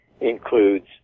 includes